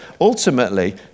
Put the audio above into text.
ultimately